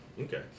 Okay